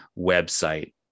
website